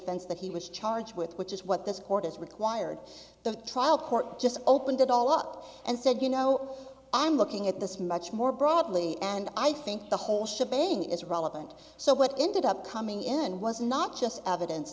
that he was charged with which is what this court has required the trial court just opened it all up and said you know i'm looking at this much more broadly and i think the whole shebang is relevant so what ended up coming in was not just evidence